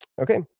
Okay